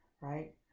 right